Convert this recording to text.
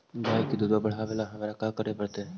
गाय के दुध बढ़ावेला हमरा का करे पड़तई?